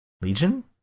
Legion